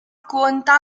conta